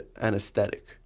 anesthetic